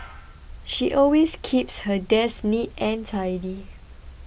she always keeps her desk neat and tidy